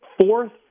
fourth